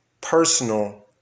personal